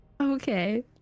Okay